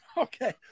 okay